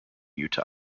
utah